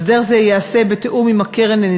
הסדר זה ייעשה בתיאום עם הקרן לביטוח